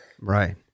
Right